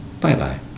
Bye-bye